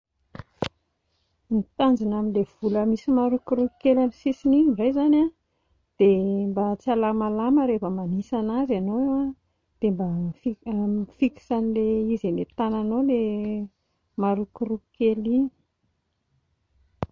Ny tanjona amin'ilay vola misy marokoroko kely amin'ny sisiny iny indray izany a, dia mba tsy halamalama rehefa manisa an'azy ianao dia mba mifixe an'ilay izy eny an-tananao ilay marokoroko kely iny